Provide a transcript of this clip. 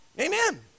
Amen